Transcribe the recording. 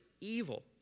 evil